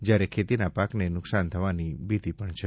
જયારે ખેતીના પાકને નુકસાન થવાની સંભાવના છે